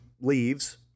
leaves